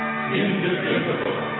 Indivisible